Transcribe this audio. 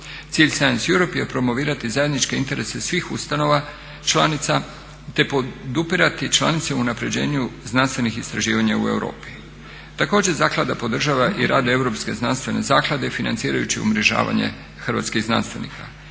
Cilj Science Europe je promovirati zajedničke interese svih ustanova članica te podupirati članice u unapređenju znanstvenih istraživanja u Europi. Također zaklada podržava i rad Europske znanstvene zaklade financirajući umrežavanje hrvatskih znanstvenika.